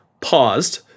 paused